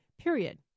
period